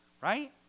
Right